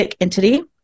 entity